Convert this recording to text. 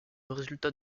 résultat